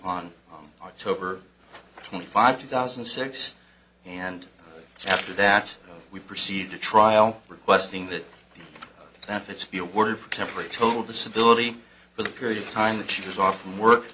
on october twenty five two thousand and six and after that we proceed to trial requesting that the benefits be awarded for temporary total disability for the period of time that she was off from work